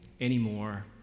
anymore